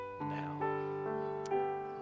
now